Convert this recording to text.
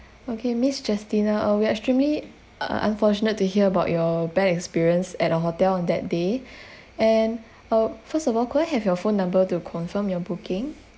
okay miss justina uh we're extremely uh unfortunate to hear about your bad experience at our hotel on that day and uh first of all could I have your phone number to confirm your booking